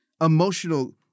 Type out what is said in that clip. emotional